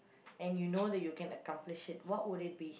and you know that you can accomplish it what would it be